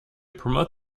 promote